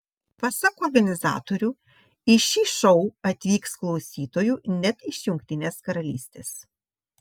pasak organizatorių į šį šou atvyks klausytojų net iš jungtinės karalystės